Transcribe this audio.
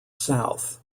south